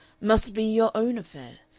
must be your own affair,